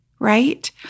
right